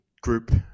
group